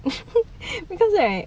because right